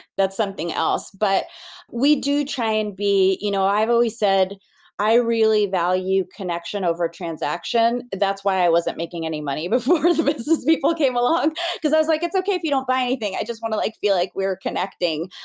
that's something else, but we do try and be. you know i've always said i really value connection over transaction. that's why i wasn't making any money before the business people came along because i was like, it's okay if you don't buy anything, i just want to like feel like we're connecting.